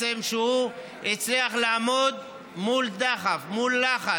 שהוא הצליח לעמוד מול לחץ,